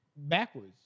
backwards